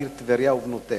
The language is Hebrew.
העיר טבריה ובנותיה.